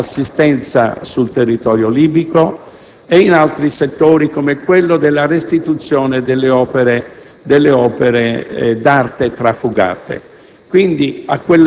adeguata assistenza sul territorio libico, e in altri settori, come quello della restituzione delle opere d'arte trafugate.